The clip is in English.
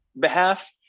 behalf